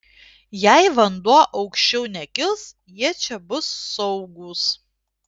jei vanduo aukščiau nekils jie čia bus saugūs